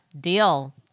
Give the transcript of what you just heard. deal